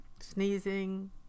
sneezing